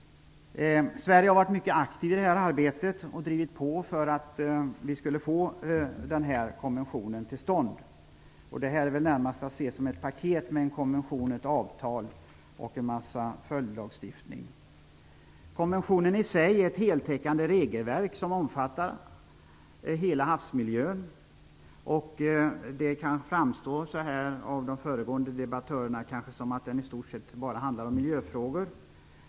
Sverige har varit mycket aktivt i detta arbete och drivit på för att få denna konvention till stånd. Detta är närmast att se som ett paket, med en konvention, ett avtal och följdlagstiftning. Konventionen i sig är ett heltäckande regelverk som omfattar hela havsmiljön. Efter det som har sagts av föregående debattörer kan det framstå som om konventionen i stort sett bara handlar om miljöfrågor.